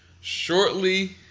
shortly